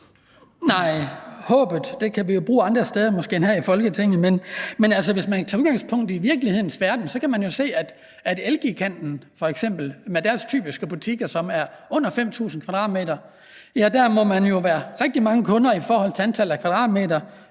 (DF): Håbet kan vi måske bruge andre steder end her i Folketinget. Men hvis man tager udgangspunkt i virkelighedens verden, kan man jo se, at i f.eks. Elgiganten med deres typiske butikker, som er under 5.000 m², må man jo være rigtig mange kunder i forhold til antallet af kvadratmeter.